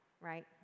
Right